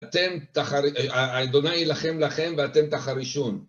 אתם תחרי... ה' יילחם לכם ואתם תחרישון.